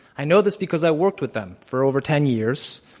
i know this because i worked with them for over ten years.